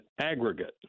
aggregate